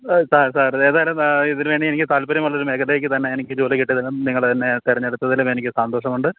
sir ഏതായാലും ഇതിന് വേണ്ടി എനിക്ക് താൽപര്യമുള്ളൊരു മേഖലയ്ക്ക് തന്നെ എനിക്ക് ജോലി കിട്ടിയതിനും നിങ്ങൾ എന്നെ തെരഞ്ഞെടുത്തതിലും എനിക്ക് സന്തോഷമുണ്ട്